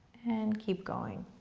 and keep going.